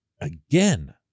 again